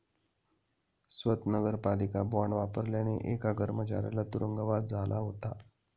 स्वत नगरपालिका बॉंड वापरल्याने एका कर्मचाऱ्याला तुरुंगवास झाला होता